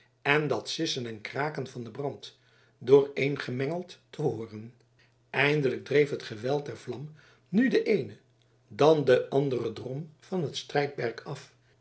en dat sissen en kraken van den brand dooreengemengeld te hooren eindelijk dreef het geweld der vlam nu den eenen dan den anderen drom van het strijdperk af